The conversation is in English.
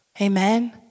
Amen